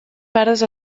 pares